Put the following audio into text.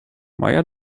moje